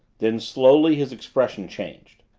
then, slowly, his expression changed.